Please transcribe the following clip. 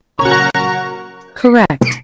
Correct